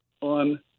on